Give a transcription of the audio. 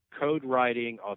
code-writing